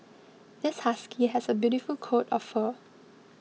this husky has a beautiful coat of fur